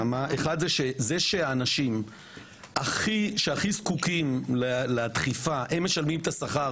קודם כל שהאנשים שהכי זקוקים לדחיפה הם משלמים את השכר